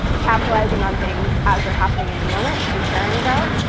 capitalizing on things as they're happening in the moment to be sharing about,